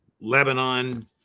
Lebanon